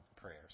prayers